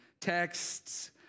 texts